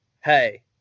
Hey